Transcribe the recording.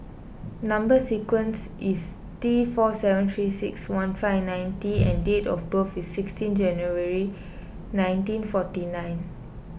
Number Sequence is T four seven three six one five nine T and date of birth is sixteen January nineteen forty nine